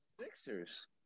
Sixers